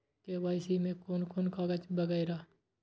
KYC में कोन कोन कागज वगैरा?